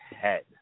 head